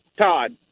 Todd